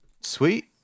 Sweet